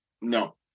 no